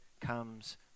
comes